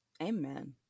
Amen